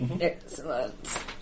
Excellent